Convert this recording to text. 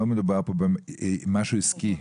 לא מדובר פה במשהו עסקי.